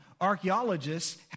archaeologists